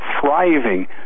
thriving